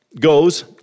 goes